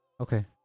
Okay